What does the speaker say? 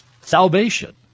salvation